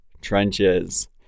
trenches